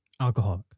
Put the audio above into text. Alcoholic